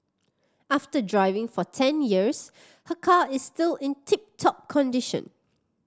after driving for ten years her car is still in tip top condition